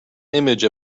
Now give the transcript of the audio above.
image